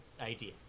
idea